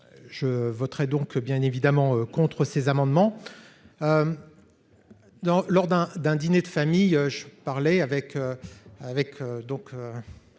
Je voterai donc évidemment contre ces amendements. Lors d'un dîner de famille, j'ai demandé